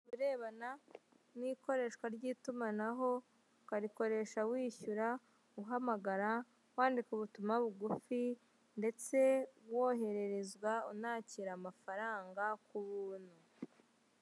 Irebana n'ikoreshwa ry'itumanaho ukarikoresha wishyura, uhamagara, wandika ubutumwa bugufi ndetse wohererezwa, unakira amafaranga ku buntu.